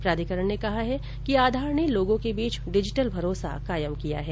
प्राधिकरण ने कहा है आधार ने लोगों के बीच डिजिटल भरोसा कायम किया है